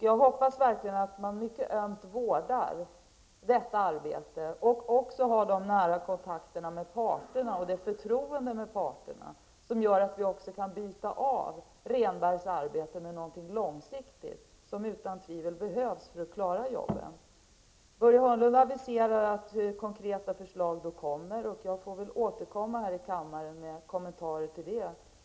Jag hoppas verkligen att man mycket ömt vårdar resultatet av det arbetet och även har de nära kontakter med parterna och det förtroende för parterna som gör att Rehnbergs arbete kan fullföljas med något långsiktigt, vilket utan tvivel behövs för att klara jobben. Börje Hörnlund aviserar att konkreta förslag kommer, och jag får väl återkomma här i kammaren med kommentarer till dem.